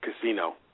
casino